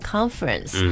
Conference